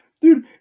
Dude